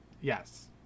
Yes